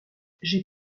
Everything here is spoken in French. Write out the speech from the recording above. j’ai